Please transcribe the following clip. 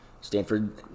Stanford